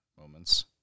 moments